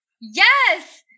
Yes